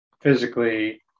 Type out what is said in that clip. physically